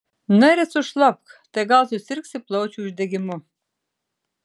na ir sušlapk tai gal susirgsi plaučių uždegimu